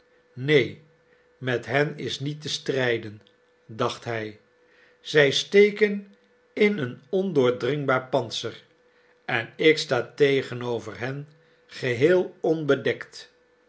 neen met hen is niet te strijden dacht hij zij steken in een ondoordringbaar pantser en ik sta tegenover hen geheel onbedekt